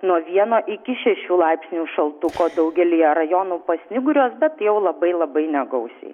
nuo vieno iki šešių laipsnių šaltuko daugelyje rajonų pasnyguriuos bet jau labai labai negausiai